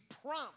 prompt